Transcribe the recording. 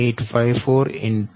14 8